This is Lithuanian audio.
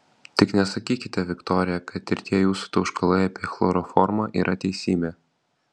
tik nesakykite viktorija kad ir tie jūsų tauškalai apie chloroformą yra teisybė